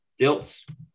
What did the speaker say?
Dilts